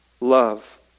love